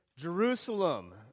Jerusalem